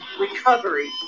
recovery